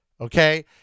okay